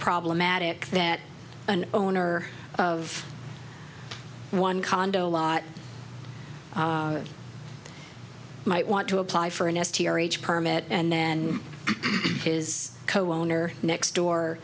problematic that an owner of one condo lot might want to apply for an s t r h permit and then his co owner next door